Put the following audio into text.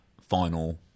final